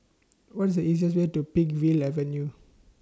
What IS The easiest Way to Peakville Avenue